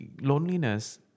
loneliness